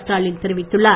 ஸ்டாலின் தெரிவித்துள்ளார்